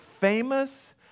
famous